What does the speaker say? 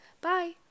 Bye